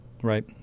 Right